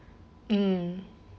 mm